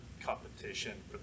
competition